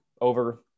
over